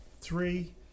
three